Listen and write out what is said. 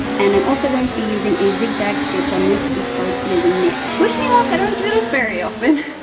and i'm also going to be using a zigzag stitch on this because it is a knit. wish me luck. i don't do this very often.